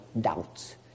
doubts